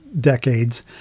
decades